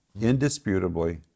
indisputably